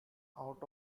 out